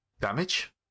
damage